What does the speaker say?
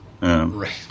Right